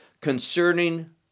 concerning